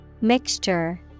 Mixture